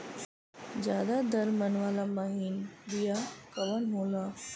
ज्यादा दर मन वाला महीन बिया कवन होला?